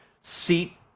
seat